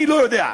אני לא יודע.